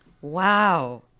Wow